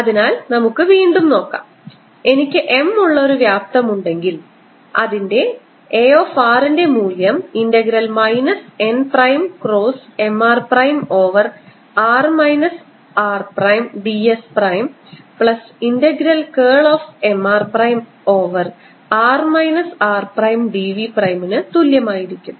അതിനാൽ നമുക്ക് ഇത് വീണ്ടും നോക്കാം എനിക്ക് M ഉള്ള ഒരു വ്യാപ്തം ഉണ്ടെങ്കിൽ അതിൻറെ A r ൻറെ മൂല്യം integral minus n prime cross M r prime over r minus r prime d s prime plus integral curl of M r prime over r minus r prime d v പ്രൈമിന് തുല്യമായിരിക്കും